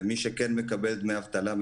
ומי שכן מקבל דמי אבטלה,